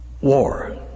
war